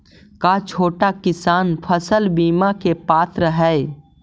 का छोटा किसान फसल बीमा के पात्र हई?